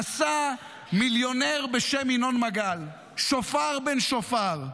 עשה מיליונר בשם ינון מגל, שופר בן שופר,